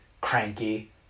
cranky